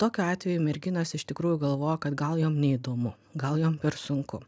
tokiu atveju merginos iš tikrųjų galvoja kad gal jom neįdomu gal jom per sunku